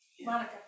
Monica